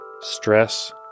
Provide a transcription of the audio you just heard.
stress